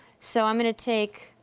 so i'm gonna take,